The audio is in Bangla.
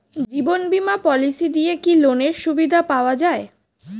জীবন বীমা পলিসি দিয়ে কি লোনের সুবিধা পাওয়া যায়?